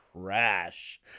crash